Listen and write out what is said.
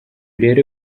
rero